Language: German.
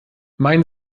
mein